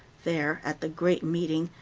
there, at the great meeting,